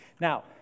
Now